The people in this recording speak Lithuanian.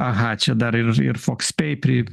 aha čia dar ir ir fokspei pri